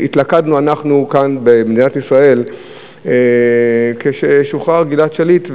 התלכדנו כאן במדינת ישראל כששוחרר גלעד שליט,